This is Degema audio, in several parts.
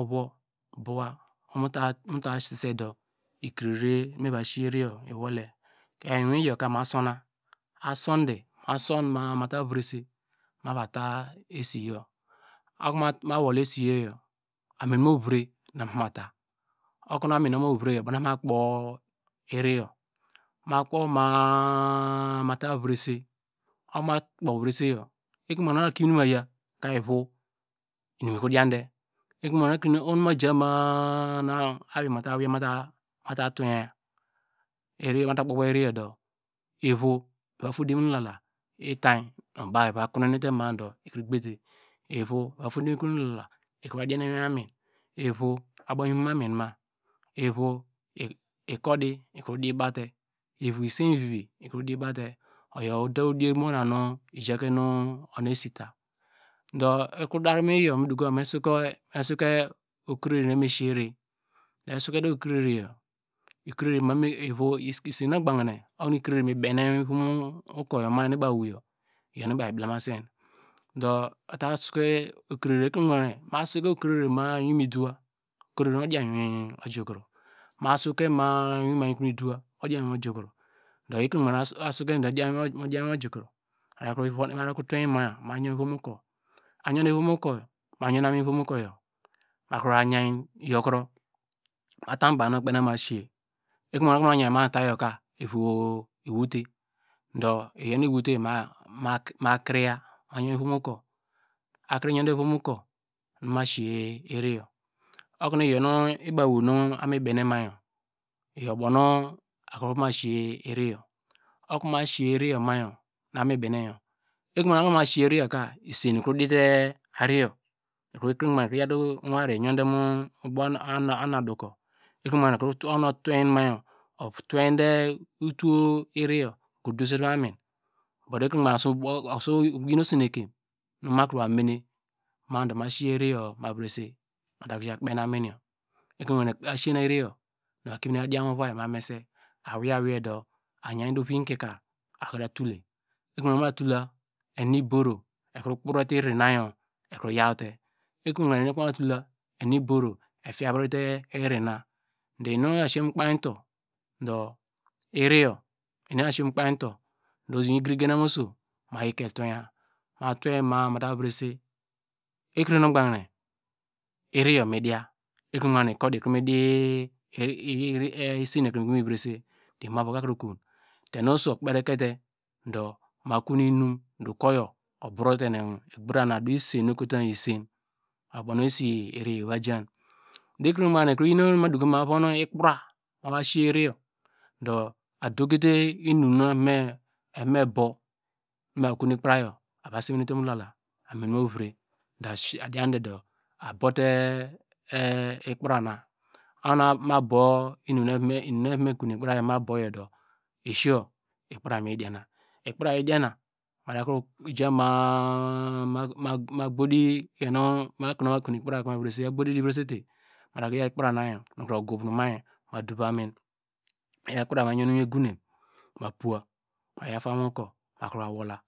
Mu vowo vowo bowa kumo ta sise do ikrere muva sise ivi yor iwole ka iwin iyorka ma suna asunde masun ma a mata virese maya ta esiyor okuno ma wolo esiyo yor amin mu vire nu ova mata okono amin aboko muvireyo oyor okonu ovu ma kpor iriyor ma kpo ma- a mata virese okono ma kpo verese yor ekrenu ogbanke okonu akimine maya ivo inum ikro diande ekronu ogbanke okuno ma ja ma- a nu awei muta weiya mate tuweye muta kpo- kpo iriyor do ivo ita side mu iwin igila itany nu baw iva konuhiriete ma- a do ekro gbete evo ekro va tode mu ekon vlala in kro va din dem ma min ivo abow mu ivom amin nu ivi isen vivi ikro di bawte oyor oder udiev monna no ojake uno esite do ekro draw mu iwin yor nu edokom me sake okrerere me va siye iri esokete okrereyor ivo isen nu ogbanke okuno ekrere mu bene mu okoyo ma nu ima woyor iyor nu baw eblemasen do eta suke okrere ekrenu ogban ke ma soke okrere ma- a iwin mu duwa okrere odian mu iwin ogikro ma soke ma- a iwin midowa ekrenu ogbanke makro tein ma ma yon mu ivom okur ayode mu iviom ukur m kro ye yorkro muta mubaw nu ikpen okoma siye ekronu ogbanke okonu ayivo mute yorka ivo iwote do iyor nu iwote ma kriya do iyor nu iwote ma kriya ma yorn mu iviom ukur ayonde moivom ukur nu ma siye iri yor okonu iyor nu ibaw wo nu mibine mayor iyor ubownu akro vama siye iriyor okoma siye iri yor mayor abokomi benoyor ekrenu ogbanke okonu masiye iri yorka isaen ikrodite ariyor ekre nu gbanke ikro yorte avi oyorte mu ubow umuadoko ekrenu gbanke ukano utuwe mayor okro tuwe de utuwo ariyor odesete mu iwin amin but ekre no ogbanke okro von osen kem nu markro va meni madu ma siye iriyorbma vresay mada kro ja kpene aminoyor ekrenu ogbanki asiye nu iriyor makimi tadian mu vovai ma mese awei do ayite oviyor kikar ata tule ekro nu ogbanke oho mate tula enu iboro ekro krote irinu yor eyawte ekre nu ogbanke oho mata tula eni iboro ekro kprote ivi na eyowte do inu asiyi mu okpei utu do iri yor igriri genam oso ma yike tuweya ma- a mate viresey ekrenu ogbanke ekre nu ognanke ikodi ikro midi isen yorkre ikro mi vrese imum do olkur yor uvote nu igbara nu aduesan nu ekotum isen oyo ubownu eseyor ova jan koinuina ma iyor okome doku me von ikpra eva seye iri yor do ekenu ognanke iyin okonu me dokumu evon ikpara eva siye iriye do a dokite inum nu eve me bow nu mava kon ikpra atunte muilala amin mu vre do a diande do abote e ikpara na okonu ma bo inum nu evo mi kon ikpra ma noyodo esiyo ikpra ma boyodo esiyo ikpra mi fiana ikpra iyi diana migama a ma gbodi vre sete ma dakro yor ikprana madov amin ma yi ikra ma yorn miyi equne mapuyaw mapuyaw tamu iwin urkur makro wola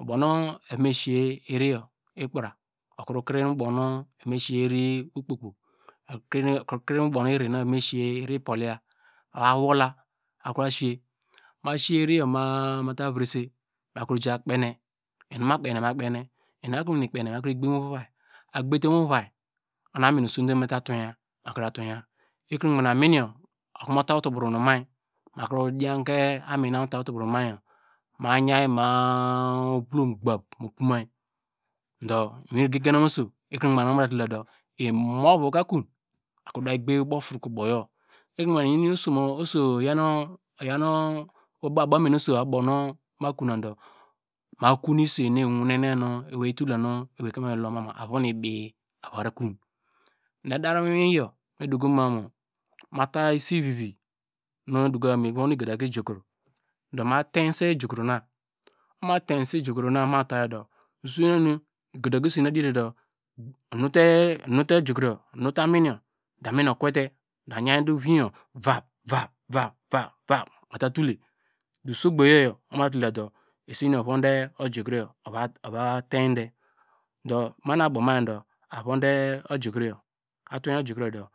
ubonu eve mesiye iri ikpra okrim ubow nu eva me siye iri ukpo kpoi ikro kre muiy ubow nu eva me siye iri ipoliya ma wola ma vra siye ma siye iri yor ma- a mada vrese ma kro ja kpene inin ma kpene ma kpen akrowene kpene makro gbe mu uvovai agbete mu vovai oho nu amin osonite oko mate tuweya mate tuwiya ekro nu ogbanke amin yor okro muta utobro nu mi ma kro dianke amin yor mu ta utobro nu miyor ma yi ma- a ovulom gbakpmu pomi do iwin igriri gena oso ekre nu ogbanke mata tula do imuphor ka akuu akroda yi gbe ubow ofroke ubow yor ekrenu ogbanke oso oyaw nu obamene osoo nu ma kona do ma konu isenu iwine ne ewe eyi tula me da blema ovon ibi ava kon mida der mu iwin iyor dokumanu mayr esivivi nu edokoma mu mevon igadu ga ijukrow doma yiese ijukrona okoma tiese ijukroma ma ta yor do mu suwene okonu ogadaga esen odite do enute ijukro yor na mini yo amin yor okwete ayite oviyor vap vap vap vap ata tule do usogbo yo yo esen yor ovonde ojukroyo ova tiede do ma nu abow ma avonde ojukroyo ma tuwe ojukro yor.